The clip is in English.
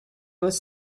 was